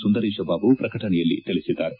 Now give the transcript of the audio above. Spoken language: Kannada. ಸುಂದರೇಶ ಬಾಬು ಪ್ರಕಟಣೆಯಲ್ಲಿ ತಿಳಿಸಿದ್ದಾರೆ